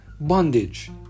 bondage